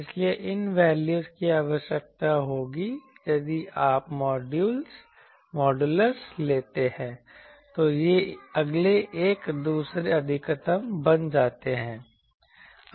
इसलिए इन वैल्यूज़ की आवश्यकता होगी यदि आप मॉड्यूलस लेते हैं तो ये अगले एक दूसरे अधिकतम बन जाते हैं